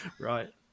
Right